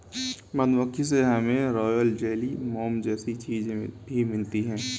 मधुमक्खी से हमे रॉयल जेली, मोम जैसी चीजे भी मिलती है